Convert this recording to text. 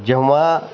जेव्हा